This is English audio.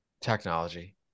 technology